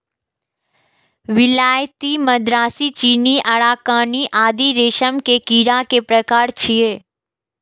विलायती, मदरासी, चीनी, अराकानी आदि रेशम के कीड़ा के प्रकार छियै